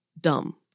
dumb